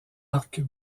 arcs